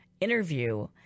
interview